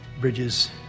bridges